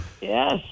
Yes